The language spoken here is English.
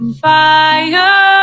fire